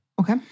Okay